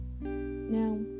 Now